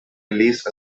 released